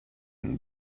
and